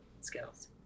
skills